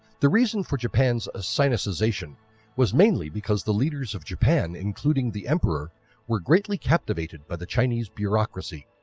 the reason for japans ah sinicization was mainly because the leaders of japan including the emperor were greatly captivated by the chinese bureaucracy.